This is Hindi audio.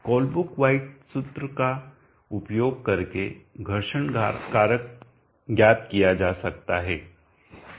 कोलब्रुक वाइट सूत्र का उपयोग करके घर्षण कारक ज्ञात किया जा सकता है